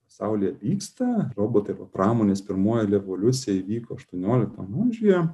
pasaulyje vyksta robotai arba pramonės pirmoji revoliucija įvyko aštuonioliktam amžiuje